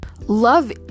love